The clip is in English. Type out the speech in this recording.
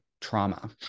trauma